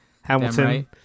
Hamilton